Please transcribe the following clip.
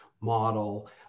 model